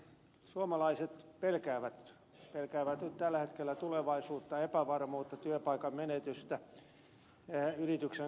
suomalaiset pelkäävät nyt tällä hetkellä tulevaisuutta ja epävarmuutta työpaikan menetystä yrityksen kaatumista